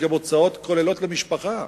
יש גם הוצאות כוללות למשפחה.